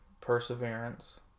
Perseverance